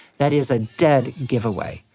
that is a dead giveaway.